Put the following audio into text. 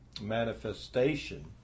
manifestation